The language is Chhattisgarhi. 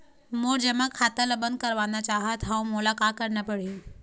मोर जमा खाता ला बंद करवाना चाहत हव मोला का करना पड़ही?